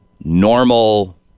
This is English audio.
Normal